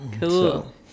Cool